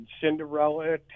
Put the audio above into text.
Cinderella